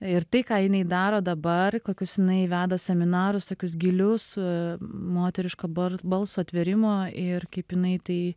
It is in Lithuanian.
ir tai ką jinai daro dabar kokius jinai veda seminarus tokius gilius su moteriško bal balso atvėrimo ir kaip jinai tai